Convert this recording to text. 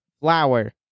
Flower